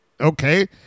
Okay